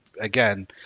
again